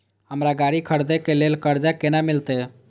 हमरा गाड़ी खरदे के लिए कर्जा केना मिलते?